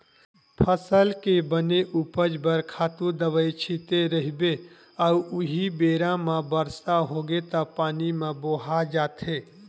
फसल के बने उपज बर खातू दवई छिते रहिबे अउ उहीं बेरा म बरसा होगे त पानी म बोहा जाथे